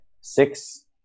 six